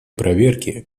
проверки